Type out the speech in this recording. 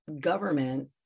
government